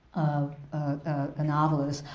a novelist.